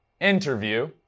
interview